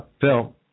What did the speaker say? Phil